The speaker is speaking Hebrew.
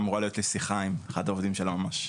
אמורה להיות לי שיחה עם אחד העובדים של היועמ"ש.